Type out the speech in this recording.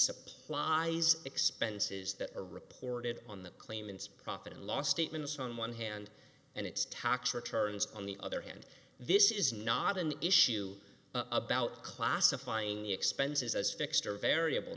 supplies expenses that are reported on the claimants profit and loss statements on one hand and it's tax returns on the other hand this is not an issue about classifying the expenses as fixed or variable